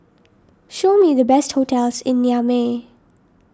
show me the best hotels in Niamey